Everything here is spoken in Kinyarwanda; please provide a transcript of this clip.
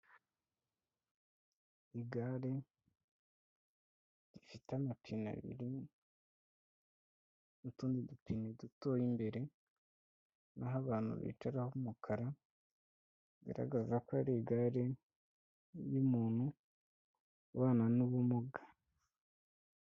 Igare rifite amapine abiri n'utundi dupine dutoya imbere, n'aho abantu bicara humukara bigaragaza ko ari igare ry'umuntu ubana n'ubumuga.